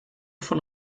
von